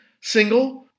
single